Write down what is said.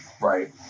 right